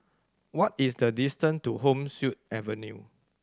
what is the distance to Home Suite Hotel